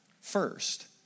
first